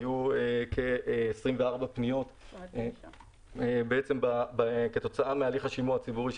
היו כ-24 פניות שקיבלנו כתוצאה מהליך השימוע הציבורי.